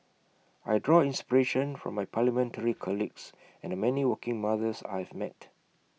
I draw inspiration from my parliamentary colleagues and the many working mothers I have met